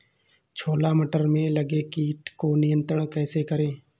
छोला मटर में लगे कीट को नियंत्रण कैसे करें?